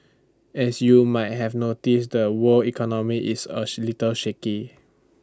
as you might have noticed the world economy is A she little shaky